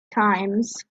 times